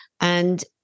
And-